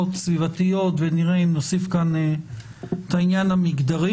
כלכליות סביבתיות" ונראה אם נוסיף כאן גם את העניין המגדרי